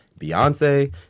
Beyonce